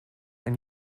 and